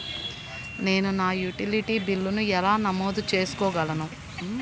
నేను నా యుటిలిటీ బిల్లులను ఎలా నమోదు చేసుకోగలను?